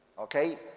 Okay